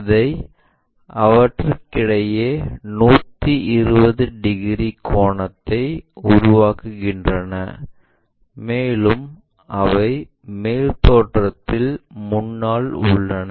அவை அவற்றுக்கிடையே 120 டிகிரி கோணத்தை உருவாக்குகின்றன மேலும் அவை மேல் தோற்றத்தின் முன்னால் உள்ளன